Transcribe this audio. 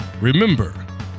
remember